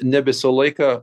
ne visą laiką